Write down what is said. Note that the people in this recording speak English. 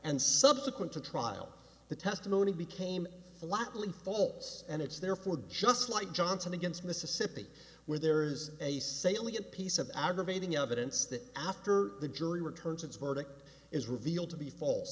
and subsequent to trial the testimony became a lot really falls and it's therefore just like johnson against mississippi where there is a salient piece of aggravating evidence that after the jury returns its verdict is revealed to be false